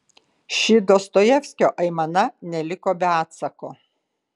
ši dostojevskio aimana neliko be atsako